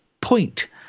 point